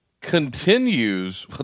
continues